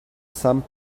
some